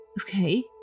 Okay